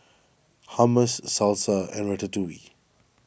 Hummus Salsa and Ratatouille